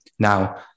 Now